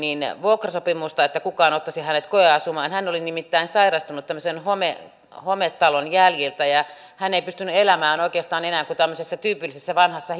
vuokrasopimusta että kukaan ottaisi hänet koeasumaan hän oli nimittäin sairastunut hometalon jäljiltä ja hän ei pystynyt elämään oikeastaan enää kuin sellaisessa tyypillisessä vanhassa